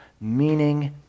meaning